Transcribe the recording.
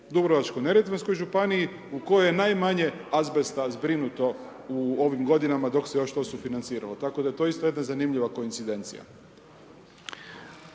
Dubrovačko-neretvanskoj županiji u kojoj je najmanje azbesta zbrinuto u ovim godinama dok se još to sufinanciralo. Tako da je to isto jedna zanimljiva koincidencija.